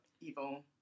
Evil